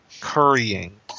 currying